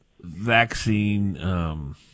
vaccine